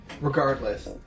Regardless